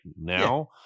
now